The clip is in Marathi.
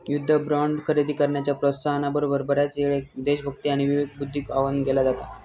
युद्ध बॉण्ड खरेदी करण्याच्या प्रोत्साहना बरोबर, बऱ्याचयेळेक देशभक्ती आणि विवेकबुद्धीक आवाहन केला जाता